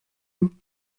vous